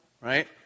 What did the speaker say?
right